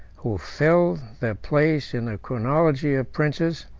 who fill their place in the chronology of princes,